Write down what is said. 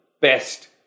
best